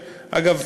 אגב,